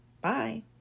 Bye